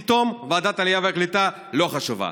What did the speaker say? פתאום ועדת העלייה והקליטה לא חשובה.